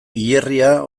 hilerria